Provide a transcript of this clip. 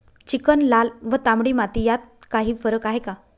Chicken, लाल व तांबडी माती यात काही फरक आहे का?